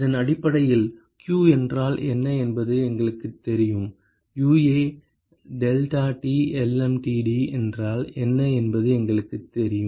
இதன் அடிப்படையில் q என்றால் என்ன என்பது எங்களுக்குத் தெரியும் UA deltaT lmtd என்றால் என்ன என்பது எங்களுக்குத் தெரியும்